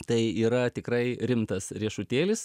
tai yra tikrai rimtas riešutėlis